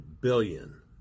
billion